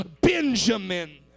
Benjamin